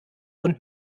und